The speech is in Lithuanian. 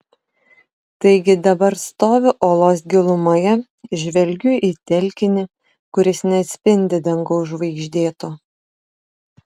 taigi dabar stoviu olos gilumoje žvelgiu į telkinį kuris neatspindi dangaus žvaigždėto